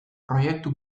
proiektu